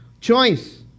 choice